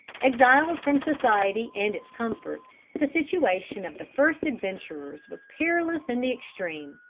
exiled from society and its comforts, the situation of the first adventurers was perilous in the extreme.